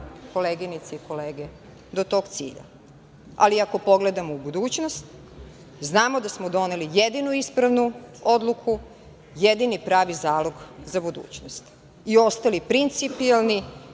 koleginice i kolege, do tog cilja. Ali, ako pogledamo u budućnost, znamo da smo doneli jedinu ispravnu odluku, jedini pravi zalog za budućnost i ostali principijelni